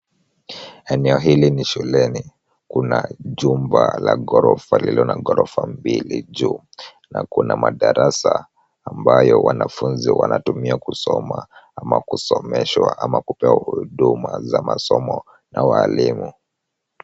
Eneo hili ni shuleni. Kuna jumba la ghorofa lililo na ghorofa mbili juu na kuna madarasa ambayo wanafunzi wanatumia kusoma ama kusomeshwa ama kupewa huduma za masomo na walimu.